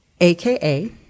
AKA